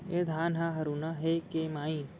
ए धान ह हरूना हे के माई?